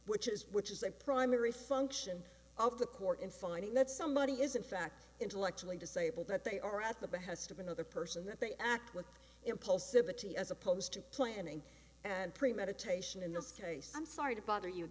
which is which is the primary function of the court in finding that somebody is in fact intellectually disabled that they are at the behest of another person that they act with impulsivity as opposed to planning and premeditation in this case i'm sorry to bother you